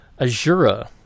Azura